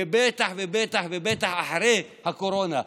ובטח ובטח ובטח אחרי הקורונה,